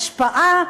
השפעה,